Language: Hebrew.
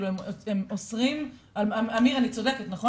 הם אוסרים, אמיר, אני צודקת, נכון?